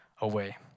away